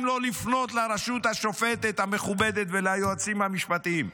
אם לא לפנות לרשות השופטת המכובדת וליועצים המשפטיים?